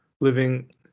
living